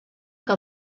que